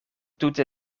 tute